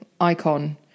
icon